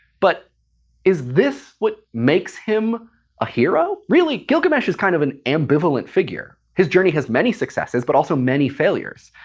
but is this what makes him a hero really, gilgamesh is kind of an ambivalent figure. his journey has many successes, but also many failures.